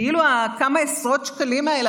כאילו כמה עשרות השקלים האלה,